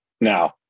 Now